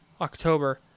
October